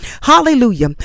Hallelujah